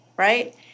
Right